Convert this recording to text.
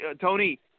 Tony